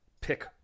Pick